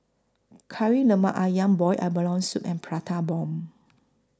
Kari Lemak Ayam boiled abalone Soup and Prata Bomb